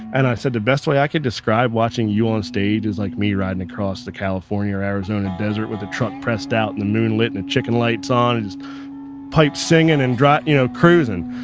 and i said the best way i can describe watching you on stage is like me riding across the california or arizona desert with a truck pressed out in the moonlit, and chicken lights on, and just pipe singing and drivin', you know, cruisin',